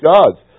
God's